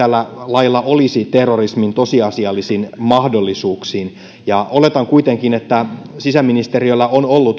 lailla olisi terrorismin tosiasiallisiin mahdollisuuksiin oletan kuitenkin että sisäministeriöllä on ollut